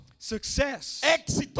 Success